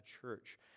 church